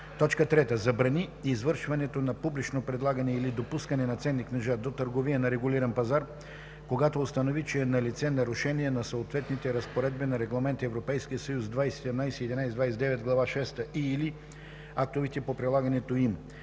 нарушени; 3. забрани извършването на публично предлагане или допускане на ценни книжа до търговия на регулиран пазар, когато установи, че е налице нарушение на съответните разпоредби на Регламент (ЕС) 2017/1129, глава шеста и/или актовете по прилагането им,